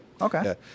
Okay